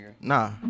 Nah